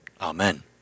Amen